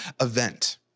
event